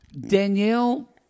Danielle